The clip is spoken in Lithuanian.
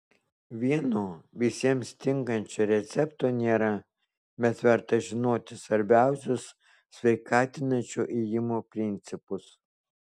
vieno visiems tinkančio recepto nėra bet verta žinoti svarbiausius sveikatinančio ėjimo principus